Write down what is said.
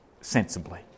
sensibly